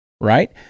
right